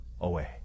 away